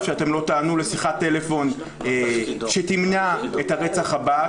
שאתם לא תענו לשיחת טלפון שתמנע את הרצח הבא,